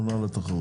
הממונה על התחרות.